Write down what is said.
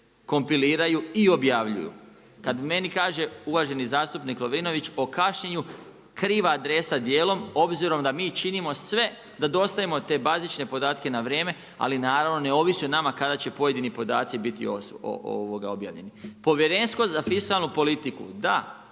kompiliraju i objavljuju. Kada meni kaže uvaženi zastupnik Lovrinović o kašnjenju, kriva adresa dijelom obzirom da mi činimo sve da dostavimo te bazične podatke na vrijeme, ali naravno ne ovisi o nama kada će pojedini podaci biti objavljeni. Povjerenstvo za fiskalnu politiku, da,